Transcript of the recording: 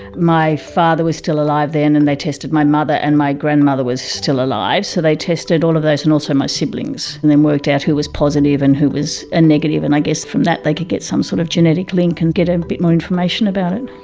my father was still alive then and they tested my mother, and my grandmother was still alive, so they tested all of those and also my siblings and then worked out who was positive and who was ah negative, and i guess from that they could get some sort of genetic link and get a bit more information about it.